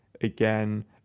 again